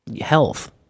health